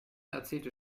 erzählte